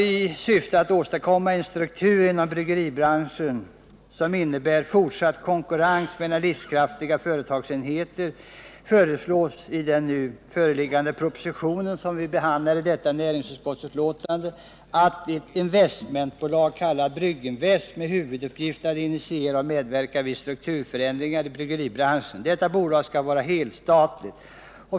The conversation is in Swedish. I syfte att åstadkomma en struktur inom bryggeribranschen som innebär fortsatt konkurrens mellan livskraftiga företagsenheter föreslås i den nu föreliggande propositionen, som vi behandlar i detta utskottsbetänkande, att ett investmentbolag, kallat Brygginvest AB, med huvuduppgift att initiera och medverka vid strukturändringar inom bryggeribranschen skall inrättas. Detta bolag skall vara helstatligt.